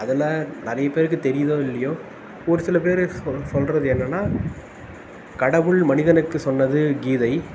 அதெலாம் நிறைய பேருக்கு தெரியிதோ இல்லையோ ஒரு சில பேர் சொல் சொல்லுறது என்னனா கடவுள் மனிதனுக்கு சொன்னது கீதை